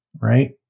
right